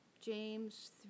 James